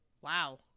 Wow